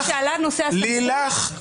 שעלה הנושא הספציפי --- עורכת הדין לילך,